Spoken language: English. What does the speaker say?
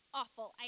awful